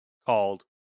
Called